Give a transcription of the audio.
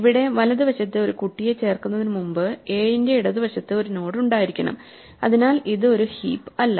ഇവിടെ വലതു വശത്തു ഒരു കുട്ടിയെ ചേർക്കുന്നതിന് മുമ്പ് 7 ന്റെ ഇടതുവശത്ത് ഒരു നോഡ് ഉണ്ടായിരിക്കണം അതിനാൽ ഇത് ഒരു ഹീപ്പ് അല്ല